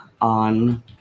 on